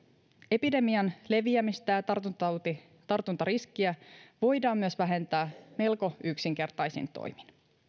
epidemian leviämistä ja tartuntariskiä voidaan vähentää myös melko yksinkertaisin toimin